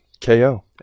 KO